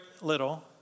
Little